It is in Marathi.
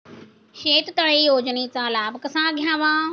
शेततळे योजनेचा लाभ कसा घ्यावा?